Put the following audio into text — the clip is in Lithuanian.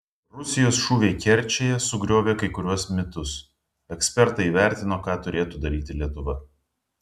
rusijos šūviai kerčėje sugriovė kai kuriuos mitus ekspertas įvertino ką turėtų daryti lietuva